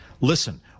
listen